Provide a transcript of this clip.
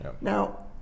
Now